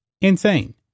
Insane